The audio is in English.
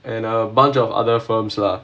and a bunch of other firms lah